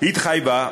התחייבה,